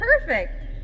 perfect